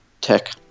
Tech